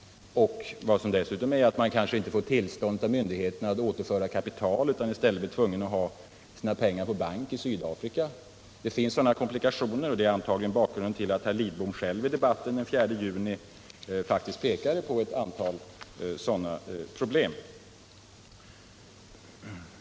Dessutom kanske man inte får tillstånd av myndigheterna att återföra kapital utan i stället blir tvungen att ha pengarna på bank i Sydafrika. Det finns komplikationer av det slaget, och det är väl bakgrunden till att herr Lidbom själv i debatten den 4 juni faktiskt pekade på ett antal sådana problem.